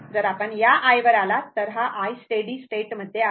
जर आपण या i वर आलात तर हा i स्टेडी स्टेट मध्ये आहे